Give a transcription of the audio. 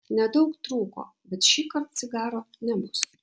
nedaug trūko bet šįkart cigaro nebus